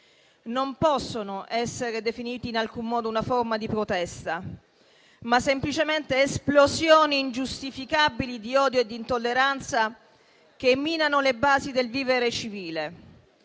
non possono essere definiti in alcun modo una forma di protesta, ma semplicemente esplosioni ingiustificabili di odio e di intolleranza che minano le basi del vivere civile.